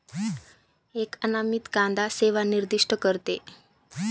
एक अनामित कांदा सेवा निर्दिष्ट करते